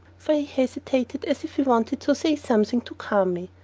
for he hesitated as if he wanted to say something to calm me,